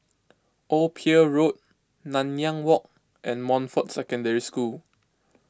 Old Pier Road Nanyang Walk and Montfort Secondary School